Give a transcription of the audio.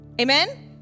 Amen